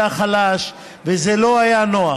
חלש וזה לא היה נוח.